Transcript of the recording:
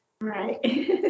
Right